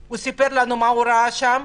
והוא סיפר לנו מה הוא ראה שם.